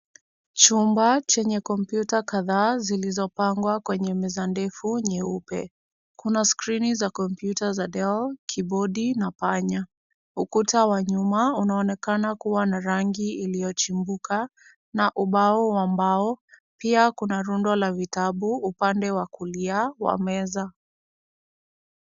Chumba chenye kompyuta kadhaa zilizopangwa kwenye meza ndefu nyeupe. Kuna skrini za kompyuta za del , kibodi na panya. Ukuta wa nyuma unaonekana kuwa na rangi iliyochimbuka na ubao wa mbao. Pia kuna rundo la vitabu upande wa kulia wa meza.